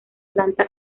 planta